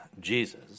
Jesus